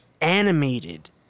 animated